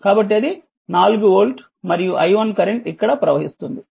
కాబట్టి అది 4 వోల్ట్ మరియు i1 కరెంట్ ఇక్కడ ప్రవహిస్తుంది